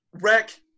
Wreck